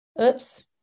Oops